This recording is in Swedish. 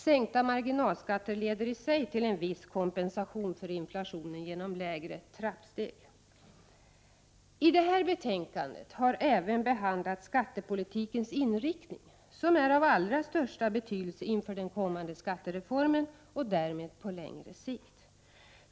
Sänkta marginalskatter leder i sig till en viss kompensation för inflationen genom lägre trappsteg. I det här betänkandet har även behandlats skattepolitikens inriktning, som är av allra största betydelse inför den kommande skattereformen och därmed på längre sikt.